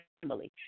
family